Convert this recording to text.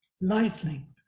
lightning